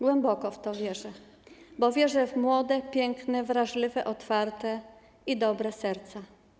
Głęboko w to wierzę, bo wierzę w młode, piękne, wrażliwe, otwarte i dobre serca.